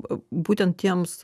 būtent tiems